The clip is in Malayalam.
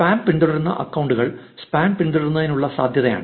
സ്പാം പിന്തുടരുന്ന അക്കൌണ്ടുകൾ സ്പാം പിന്തുടരുന്നതിനുള്ള സാധ്യതയാണ്